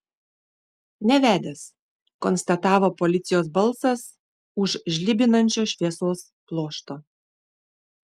nevedęs konstatavo policijos balsas už žlibinančio šviesos pluošto